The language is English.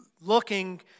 looking